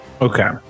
Okay